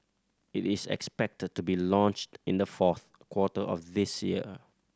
it is expected to be launched in the fourth quarter of this year